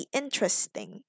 interesting